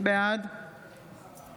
בעד